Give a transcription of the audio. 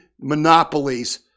monopolies